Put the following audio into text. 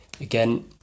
Again